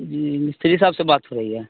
جی مستری صاحب سے بات ہو رہی ہے